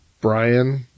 Brian